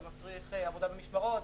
זה מצריך עבודה במשמרות,